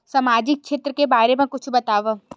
सामजिक क्षेत्र के बारे मा कुछु बतावव?